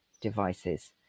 devices